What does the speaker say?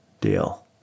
Deal